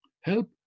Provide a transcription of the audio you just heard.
Help